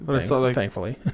thankfully